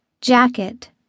jacket